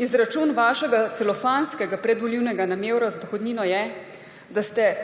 Izračun vašega celofanskega predvolilnega manevra z dohodnino je, da ste